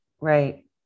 Right